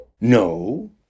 No